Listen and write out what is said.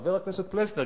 חבר הכנסת פלסנר,